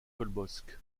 colbosc